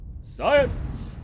Science